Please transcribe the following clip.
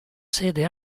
sede